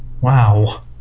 wow